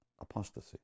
apostasy